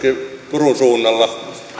turun suunnalla ja luulen